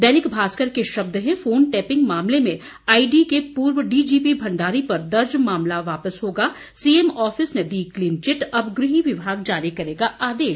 दैनिक भास्कर के शब्द हैं फोन टैपिंग मामले में आई डी के पूर्व डीजीपी भंडारी पर दर्ज मामला वापस होगा सीएम ऑफिस ने दी क्लीन चिट अब गृह विभाग जारी करेगा आदेश